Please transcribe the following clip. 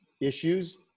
issues